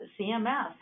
CMS